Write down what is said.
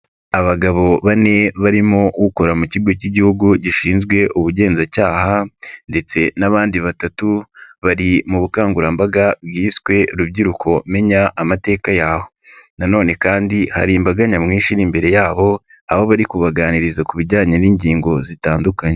Abagabo bane, barimo ukora mu kigo k'igihugu gishinzwe ubugenzacyaha, ndetse n'abandi batatu, bari mu bukangurambaga bwiswe rubyiruko menya amateka yawe na none kandi hari imbaga nyamwinshi imbere yabo, aho bari kubaganiriza ku bijyanye n'ingingo zitandukanye.